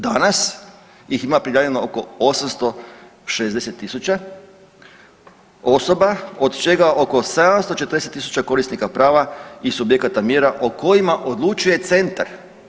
Danas ih ima prijavljeno oko 860.000 osoba od čega oko 740.000 korisnika prava i subjekata mjera o kojima odlučuje centar.